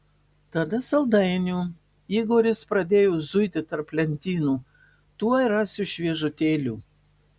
tada saldainių igoris pradėjo zuiti tarp lentynų tuoj rasiu šviežutėlių